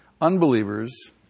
unbelievers